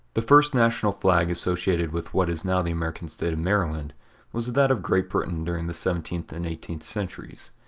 the first national flag associated with what is now the american state of maryland was that of great britain during the seventeenth and eighteenth centuries.